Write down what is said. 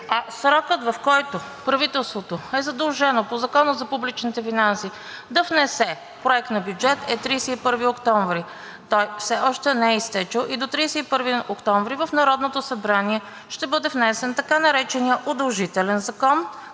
Срокът, в който правителството е задължено по Закона за публичните финанси да внесе проект на бюджет, е 31 октомври. Той все още не е изтекъл. До 31 октомври в Народното събрание ще бъде внесен така нареченият удължителен закон,